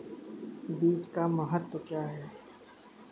बीज का महत्व क्या है?